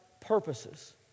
purposes